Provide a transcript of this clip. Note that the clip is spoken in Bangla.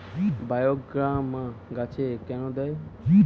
বায়োগ্রামা গাছে কেন দেয়?